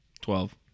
Twelve